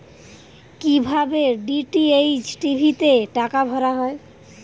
কি ভাবে DTH TV তে টাকা ভরা হয়?